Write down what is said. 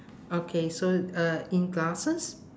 okay so uh in glasses